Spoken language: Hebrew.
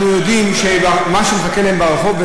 אנחנו יודעים שמה שמחכה להם ברחוב,